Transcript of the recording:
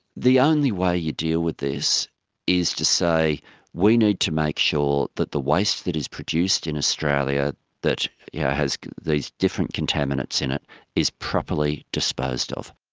the only way you deal with this is to say we need to make sure that the waste that is produced in australia that yeah has these different contaminates in it is properly disposed of.